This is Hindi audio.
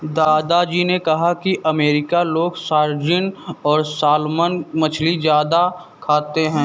दादा जी ने कहा कि अमेरिकन लोग सार्डिन और सालमन मछली ज्यादा खाते हैं